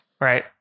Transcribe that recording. Right